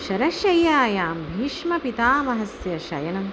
शरश्शय्यायां भीष्मपितामहस्य शयनम्